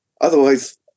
Otherwise